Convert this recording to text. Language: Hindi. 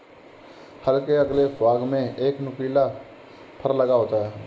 हल के अगले भाग में एक नुकीला फर लगा होता है